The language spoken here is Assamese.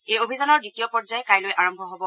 এই অভিযানৰ দ্বিতীয় পৰ্যায় কাইলৈ আৰম্ভ হ'ব